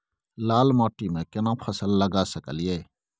लाल माटी में केना फसल लगा सकलिए?